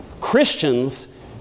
Christians